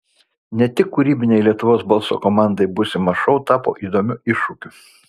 ne tik kūrybinei lietuvos balso komandai būsimas šou tapo įdomiu iššūkiu